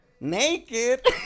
naked